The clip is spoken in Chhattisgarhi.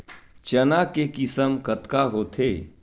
चना के किसम कतका होथे?